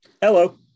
hello